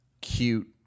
cute